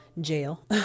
jail